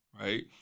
Right